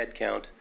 headcount